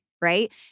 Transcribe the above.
right